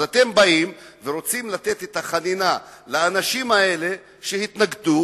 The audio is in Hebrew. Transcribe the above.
אז אתם באים ורוצים לתת חנינה לאנשים האלה שהתנגדו,